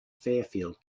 fairfield